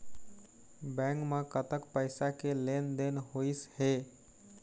Bank म कतक पैसा के लेन देन होइस हे?